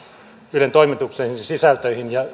ylen toimituksellisiin sisältöihin ja